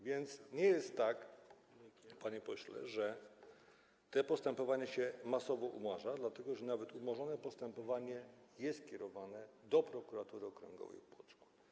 Więc nie jest tak, panie pośle, że te postępowania się masowo umarza, dlatego że nawet umorzone postępowanie jest kierowane do Prokuratury Okręgowej w Płocku.